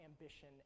ambition